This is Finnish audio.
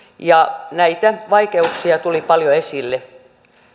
ja näitä vaikeuksia tuli paljon esille